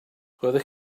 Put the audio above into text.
roeddech